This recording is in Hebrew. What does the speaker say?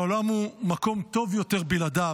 שהעולם הוא מקום טוב יותר בלעדיו,